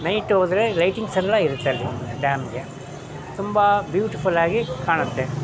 night ಹೋದ್ರೆ ಲೈಟಿಂಗ್ಸೆಲ್ಲ ಇರುತ್ತೆ ಅಲ್ಲಿ ಡ್ಯಾಮ್ಗೆ ತುಂಬ ಬ್ಯೂಟಿಫುಲ್ ಆಗಿ ಕಾಣುತ್ತೆ